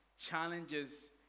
challenges